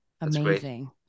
amazing